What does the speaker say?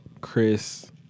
Chris